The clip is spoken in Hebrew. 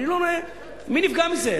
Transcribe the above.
אני לא רואה מי נפגע מזה.